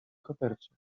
kopercie